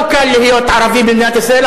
לא קל להיות ערבי במדינת ישראל,